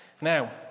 Now